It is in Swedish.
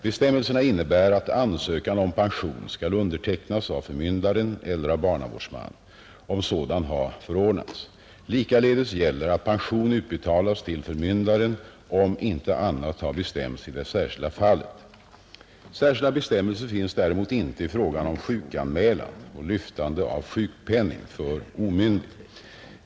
Bestämmelserna innebär att ansökan om pension skall undertecknas av förmyndaren eller av barnavårdsman, om sådan har förordnats. Likaledes gäller att pensionen utbetalas till förmyndaren, om inte annat har bestämts i det särskilda fallet. Särskilda bestämmelser finns däremot inte i fråga om sjukan mälan och lyftande av sjukpenning för omyndig.